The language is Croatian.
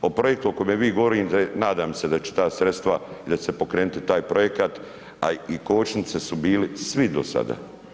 O projektu o kojem vi govorite nadam se da će ta sredstva i da će pokrenuti taj projekat, a i kočnice su bili svi do sada.